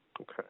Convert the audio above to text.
Okay